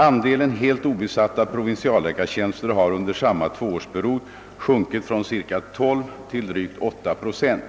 Andelen helt obesatta provinsialläkartjänster har under samma tvåårsperiod sjunkit från cirka 12 till drygt 8 procent.